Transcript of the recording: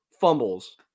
fumbles